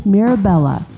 Mirabella